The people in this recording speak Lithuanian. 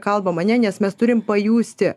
kalbam ane nes mes turim pajusti